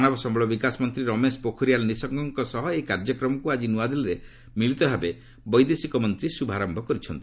ମାନବ ସମ୍ଭଳ ବିକାଶ ମନ୍ତ୍ରୀ ରମେଶ ପୋଖରିଆଲ୍ ନିଶଙ୍କଙ୍କ ସହ ଏହି କାର୍ଯ୍ୟକ୍ରମକୁ ଆଜି ନୂଆଦିଲ୍ଲୀରେ ମିଳିତ ଭାବେ ଶୁଭାରମ୍ଭ କରାଯାଇଛି